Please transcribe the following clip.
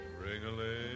Ring-a-ling